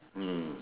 mm